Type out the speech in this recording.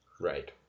Right